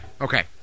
Okay